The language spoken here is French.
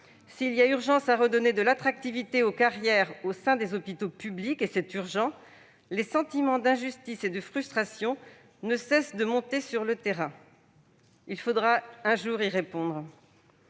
S'il y a urgence à redonner de l'attractivité aux carrières au sein des hôpitaux publics, les sentiments d'injustice et de frustration ne cessent de monter sur le terrain. Il faudra un jour y répondre